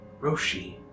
Roshi